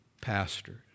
pastors